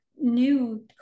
new